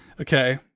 Okay